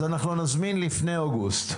אנחנו נזמין לפני אוגוסט.